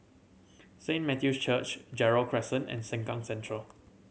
Saint Matthew's Church Gerald Crescent and Sengkang Central